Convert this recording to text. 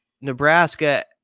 Nebraska